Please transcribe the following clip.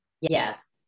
Yes